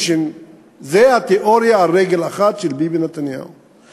זו התיאוריה של ביבי נתניהו על רגל אחת.